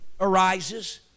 arises